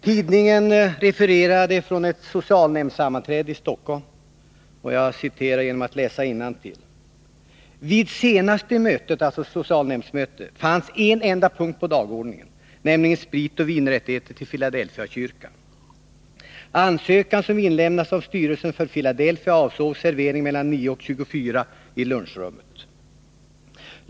Tidningen refererade från ett socialnämndssammanträde i Stockholm, och jag citerar genom att läsa innantill: ”Vid senaste mötet” — alltså socialnämndsmötet — ”fanns en enda punkt på dagordningen, ———- nämligen ansökan om spritoch vinrättigheter till Filadelfiakyrkan. Ansökan, som inlämnats av styrelsen för Filadelfia, avsåg servering mellan klockan 9 och 24 i lunchrummet.